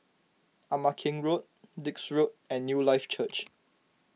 Ama Keng Road Dix Road and Newlife Church